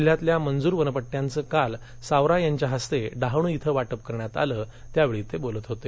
जिल्ह्यातल्या मंजूर वनपट्टयांचं काल सावरा यांच्या हस्ते डहाणू इथ वाटप करण्यात आलं त्यावेळी ते बोलत होते